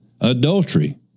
adultery